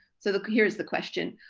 so like here's the question.